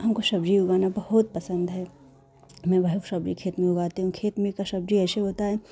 हमको सब्ज़ी उगाना बहुत पसंद है मैं बहुत सब्ज़ी खेत में उगाती हूँ खेत में का सब्ज़ी ऐसे होता है